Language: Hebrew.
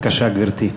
בבקשה, גברתי.